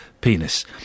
penis